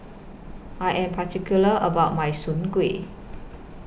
I Am particular about My Soon Kway